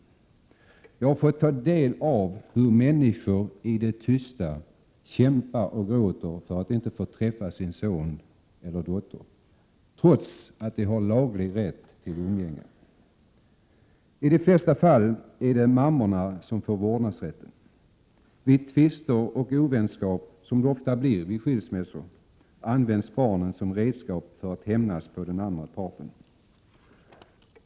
Jag har fått ta del av hur människor i det tysta kämpar och gråter för att de inte får träffa sin son eller dotter, trots att de har laglig rätt till umgänge. I de flesta fall är det mammorna som får vårdnadsrätten. Vid tvister och ovänskap, som ofta uppstår vid skilsmässa, används barnen som redskap när man skall hämnas på den andra parten.